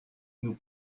nous